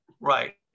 Right